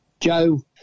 Joe